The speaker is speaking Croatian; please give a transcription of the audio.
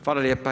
Hvala lijepa.